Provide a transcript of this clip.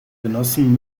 genossen